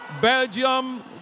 Belgium